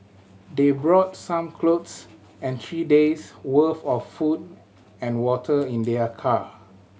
they brought some clothes and three days' worth of food and water in their car